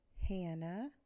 Hannah